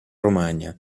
romagna